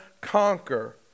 conquer